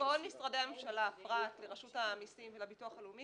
שכל משרדי הממשלה פרט לרשות המסים והביטוח הלאומי